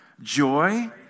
joy